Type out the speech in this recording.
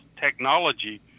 technology